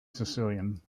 sicilian